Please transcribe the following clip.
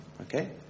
Okay